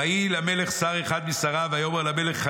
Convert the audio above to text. ויהי למלך שר אחד משריו והיה אומר למלך,